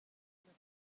ahcun